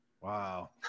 Wow